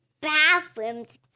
bathrooms